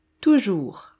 Toujours